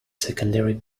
secondary